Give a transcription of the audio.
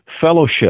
Fellowship